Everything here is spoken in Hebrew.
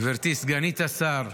גברתי סגנית השר,